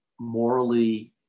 morally